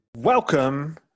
Welcome